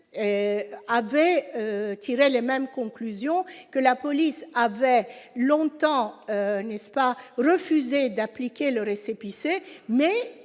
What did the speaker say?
avait tiré les mêmes conclusions que la police avait longtemps n'est-ce pas refuser d'appliquer le récépissé mais